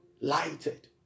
lighted